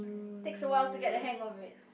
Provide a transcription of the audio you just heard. takes a while to get a hang of it